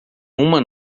uma